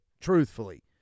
truthfully